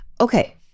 Okay